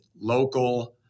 local